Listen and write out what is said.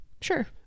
sure